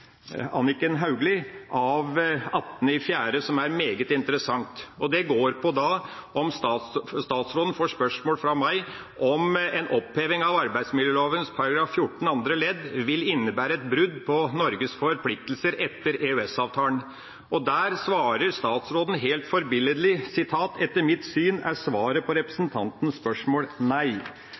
Anniken Hauglie av 18. april som er meget interessant, som går på et spørsmål fra meg til statsråden om en oppheving av arbeidsmiljøloven § 14-12 andre ledd vil innebære et brudd med Norges forpliktelser etter EØS-avtalen. Der svarer statsråden helt forbilledlig: «Etter mitt syn er svaret på representantens spørsmål nei.»